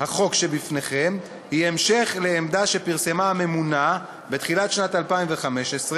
החוק שבפניכם היא המשך לעמדה שפרסמה הממונה בתחילת שנת 2015,